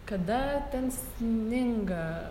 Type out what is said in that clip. kada ten sninga